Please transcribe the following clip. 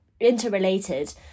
interrelated